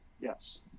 Yes